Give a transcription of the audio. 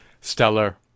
stellar